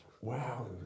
Wow